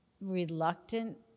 reluctant